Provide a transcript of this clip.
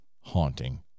haunting